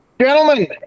Gentlemen